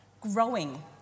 growing